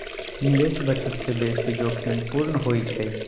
निवेश बचत से बेशी जोखिम पूर्ण होइ छइ